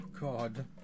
God